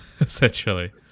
essentially